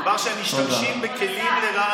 מדובר על זה שהם משתמשים בכלים לרעה.